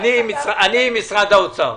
עם משרד האוצר.